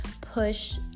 push